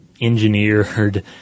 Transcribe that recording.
engineered